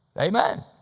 Amen